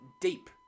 deep